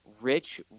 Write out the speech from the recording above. Rich